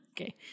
Okay